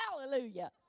hallelujah